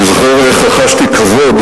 אני זוכר איך רחשתי כבוד